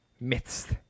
midst